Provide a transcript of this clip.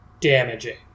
damaging